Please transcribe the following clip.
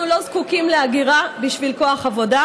אנחנו לא זקוקים להגירה בשביל כוח עבודה,